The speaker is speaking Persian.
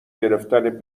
گرفتن